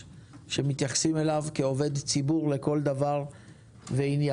שמתייחסים אליו כעובד ציבור לכל דבר ועניין.